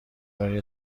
برای